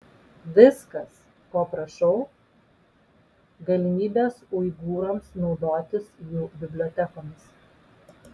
viskas ko prašau galimybės uigūrams naudotis jų bibliotekomis